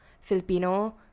Filipino